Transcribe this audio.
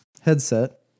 headset